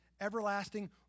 Everlasting